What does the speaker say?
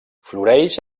floreix